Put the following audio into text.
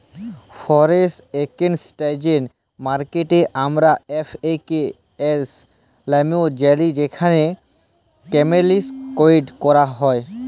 foreign exchange মার্কেটকে আমরা এফ.এ.কে.এস লামেও জালি যেখালে কারেলসি টেরেড ক্যরা হ্যয়